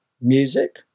Music